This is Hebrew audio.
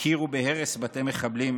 הכירו בהרס בתי מחבלים,